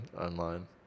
online